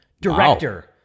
Director